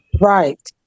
Right